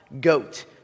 goat